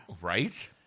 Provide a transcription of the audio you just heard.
Right